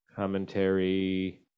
Commentary